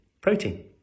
protein